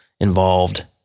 involved